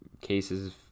Cases